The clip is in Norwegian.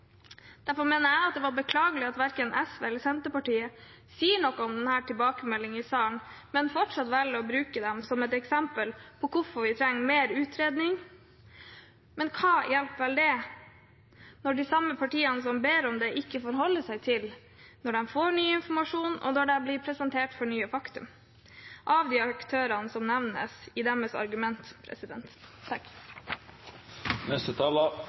Derfor mener jeg det er beklagelig at verken SV eller Senterpartiet sier noe om denne tilbakemeldingen her i salen, men fortsatt velger å bruke dem som et eksempel på hvorfor vi trenger mer utredning. Men hva hjelper vel en tilbakemelding når de samme partiene som ber om dette, ikke forholder seg til ny informasjon når de får det, og når de blir presentert for nye fakta av de aktørene som nevnes i deres argument.